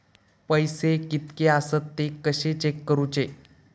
पैसे कीतके आसत ते कशे चेक करूचे?